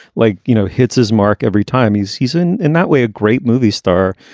like, you know, hits his mark every time his season in that way. a great movie star,